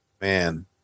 man